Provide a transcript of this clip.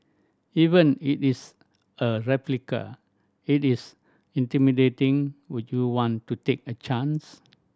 even if it is a replica if it is intimidating would you want to take a chance